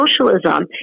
socialism